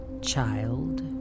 child